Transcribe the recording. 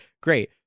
Great